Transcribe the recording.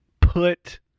put